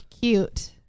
cute